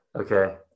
Okay